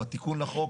או התיקון לחוק,